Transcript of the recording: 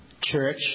church